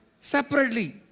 separately